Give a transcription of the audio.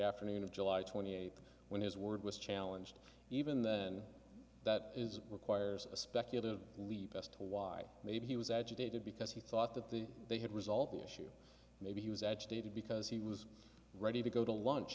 afternoon of july twenty eighth when his word was challenged even then that is requires a speculative leave as to why maybe he was agitated because he thought that the they had resolved the issue maybe he was agitated because he was ready to go to lunch